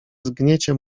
zgniecie